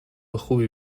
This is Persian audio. خوبی